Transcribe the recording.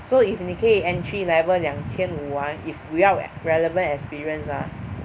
so if 你可以 entry level 两千五 ah without relevant experience ah